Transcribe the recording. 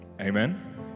amen